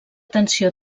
tensió